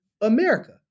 America